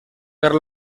per